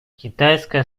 китайская